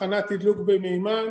תחנת תדלוק במימן.